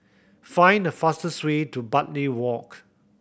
find the fastest way to Bartley Walk